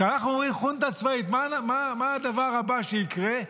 כשאנחנו אומרים "חונטה צבאית", מה הדבר הבא שיקרה?